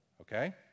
Okay